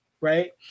right